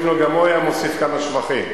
גם הוא היה מוסיף כמה שבחים,